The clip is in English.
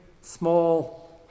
small